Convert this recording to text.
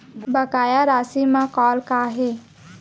बकाया राशि मा कॉल का हे?